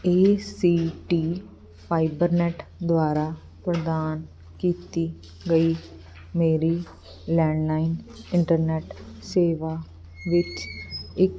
ਏ C T Fibernet ਦੁਆਰਾ ਪ੍ਰਦਾਨ ਕੀਤੀ ਗਈ ਮੇਰੀ ਲੈਂਡਲਾਈਨ ਇੰਟਰਨੈਟ ਸੇਵਾ ਵਿੱਚ ਇੱਕ